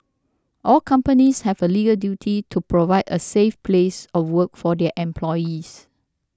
all companies have a legal duty to provide a safe place of work for their employees